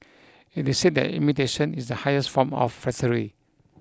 it is said that imitation is the highest form of flattery